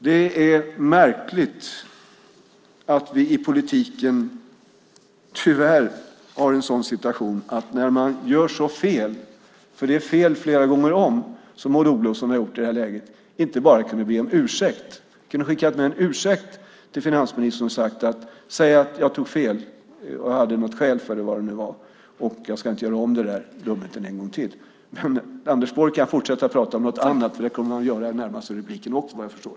Det är märkligt att vi i politiken tyvärr har en sådan situation att man gör så fel att det blir fel flera gånger om, som Maud Olofsson har gjort här, och inte kan be om ursäkt. Hon hade kunnat skicka med en ursäkt med finansministern och bett honom säga att hon tog fel, tala om vad skälet var och att hon inte ska göra om den här dumheten en gång till. Anders Borg kan fortsätta prata om något annat. Det kommer han att göra i det kommande inlägget också, efter vad jag förstår.